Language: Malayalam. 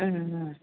ഉം ഉം